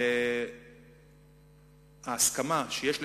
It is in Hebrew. וההסכמה שיש,